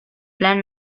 plan